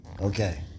Okay